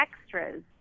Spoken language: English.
extras